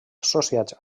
associats